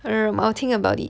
um I'll think about it